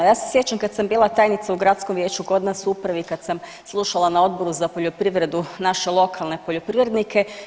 Ja se sjećam kada sam bila tajnica u gradskom vijeću kod nas u upravi kad sam slušala na Odboru za poljoprivredu, naše lokalne poljoprivrednike.